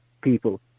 people